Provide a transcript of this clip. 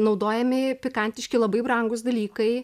naudojami pikantiški labai brangūs dalykai